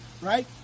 right